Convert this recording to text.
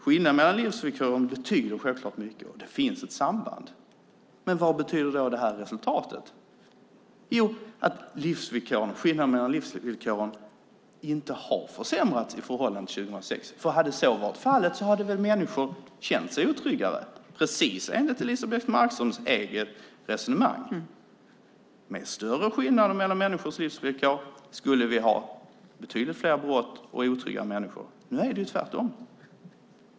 Skillnader mellan livsvillkoren betyder självklart mycket, och det finns ett samband. Men vad betyder då det här resultatet? Jo, att det inte har försämrats när det gäller skillnaderna mellan livsvillkoren i förhållande till 2006. Om så hade varit fallet hade väl människor känt sig otryggare, precis enligt Elisebeht Markströms eget resonemang? Med större skillnader mellan människors livsvillkor skulle vi ha betydligt fler brott och otrygga människor. Nu är det tvärtom.